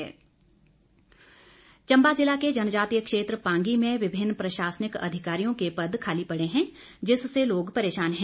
society Chamba जिला के जनजातीय क्षेत्र पांगी में विभिन्न प्रशासनिक अधिकारियों के पद खाली पड़े हैं जिससे लोग परेशान हैं